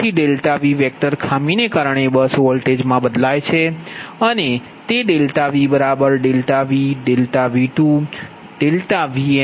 તેથી V vector ખામીને કારણે બસ વોલ્ટેજમાં બદલાય છે અને તે VV1 V2 Vn